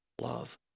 love